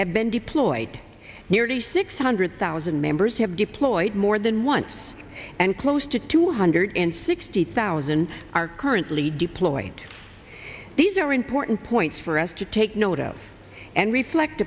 have been deployed nearly six hundred thousand members have deployed more than once and close to two hundred and sixty thousand are currently deployed these are important points for us to take note of and reflect